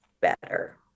better